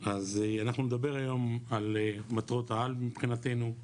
אנחנו נדבר היום על מטרות העל מבחינתנו,